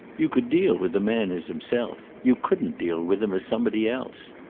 you could deal with a man as himself you couldn't deal with him as somebody else.